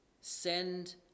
Send